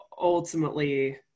ultimately